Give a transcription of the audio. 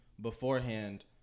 beforehand